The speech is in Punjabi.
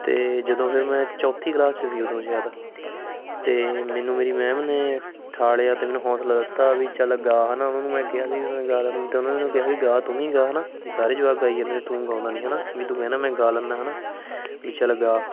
ਅਤੇ ਜਦੋਂ ਫਿਰ ਮੈਂ ਚੌਥੀ ਕਲਾਸ 'ਚ ਸੀ ਉਦੋਂ ਸ਼ਾਇਦ ਅਤੇ ਮੈਨੂੰ ਮੇਰੀ ਮੈਮ ਨੇ ਠਾਲਿਆ ਅਤੇ ਮੈਨੂੰ ਹੌਂਸਲਾ ਦਿੱਤਾ ਵੀ ਚੱਲ ਗਾ ਹੈ ਨਾ ਉਹਨੂੰ ਮੈਂ ਕਿਹਾ ਸੀ ਵੀ ਮੈਂ ਗਾ ਲੈਂਦਾ ਅਤੇ ਉਹਨਾਂ ਨੇ ਮੈਨੂੰ ਕਿਹਾ ਵੀ ਗਾ ਤੂੰ ਵੀ ਗਾ ਹੈ ਨਾ ਵੀ ਸਾਰੇ ਜਵਾਕ ਗਾਈ ਜਾਂਦੇ ਨੇ ਤੂੰ ਗਾਉਂਦਾ ਨਹੀਂ ਹੈ ਨਾ ਵੀ ਤੂੰ ਕਹਿੰਦਾ ਮੈਂ ਗਾ ਲੈਂਦਾ ਹੈ ਨਾ ਵੀ ਚੱਲ ਗਾ